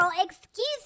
excuse